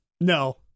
no